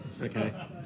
Okay